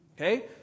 Okay